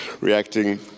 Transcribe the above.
reacting